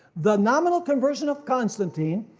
the nominal conversion of constantine,